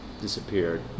disappeared